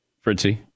Fritzy